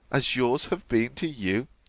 as yours have been to you,